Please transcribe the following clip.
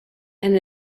and